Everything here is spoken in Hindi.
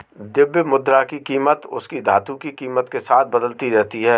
द्रव्य मुद्रा की कीमत उसकी धातु की कीमत के साथ बदलती रहती है